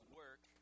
work